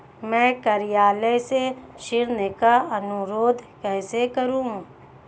मैं कार्यालय से ऋण का अनुरोध कैसे करूँ?